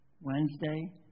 Wednesday